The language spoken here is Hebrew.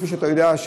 כפי שאתה יודע,